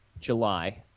July